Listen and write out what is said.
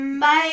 Bye